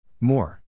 More